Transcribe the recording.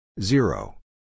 Zero